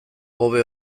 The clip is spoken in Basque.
hobe